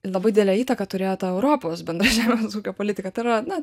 labai didelę įtaką turėjo ta europos bendra žemės ūkio politika tai yra na